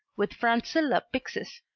with francilla pixis,